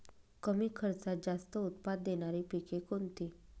कमी खर्चात जास्त उत्पाद देणारी पिके कोणती?